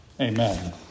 Amen